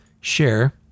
Share